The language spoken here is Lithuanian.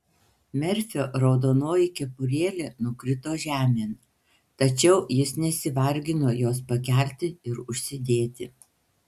merfio raudonoji kepurėlė nukrito žemėn tačiau jis nesivargino jos pakelti ir užsidėti